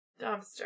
dumpster